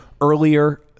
earlier